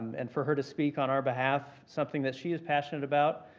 and for her to speak on our behalf, something that she is passionate about,